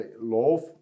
love